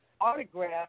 autograph